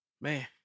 Man